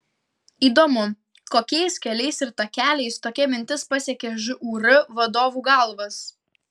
įdomu kokiais keliais ir takeliais tokia mintis pasiekė žūr vadovų galvas